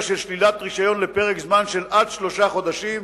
של שלילת רשיון לפרק זמן שעד שלושה חודשים,